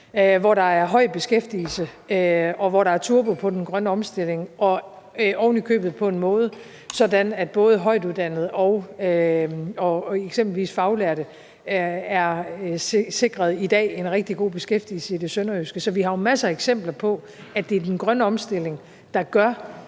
hvor der er høj beskæftigelse, og hvor der er turbo på den grønne omstilling, og ovenikøbet på en sådan måde, at både højtuddannede og eksempelvis faglærte i dag er sikret en rigtig god beskæftigelse i det sønderjyske. Så vi har jo masser af eksempler på, at det er den grønne omstilling, der gør,